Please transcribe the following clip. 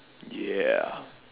ya